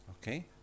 Okay